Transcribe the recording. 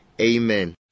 Amen